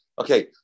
Okay